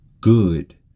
good